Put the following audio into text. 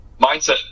mindset